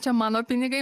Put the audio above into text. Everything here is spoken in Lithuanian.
čia mano pinigai